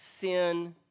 sin